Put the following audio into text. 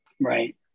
Right